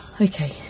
Okay